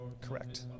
correct